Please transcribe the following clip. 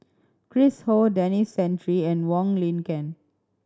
Chris Ho Denis Santry and Wong Lin Ken